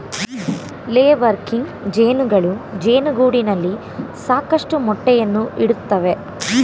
ಲೇ ವರ್ಕಿಂಗ್ ಜೇನುಗಳು ಜೇನುಗೂಡಿನಲ್ಲಿ ಸಾಕಷ್ಟು ಮೊಟ್ಟೆಯನ್ನು ಇಡುತ್ತವೆ